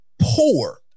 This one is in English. poor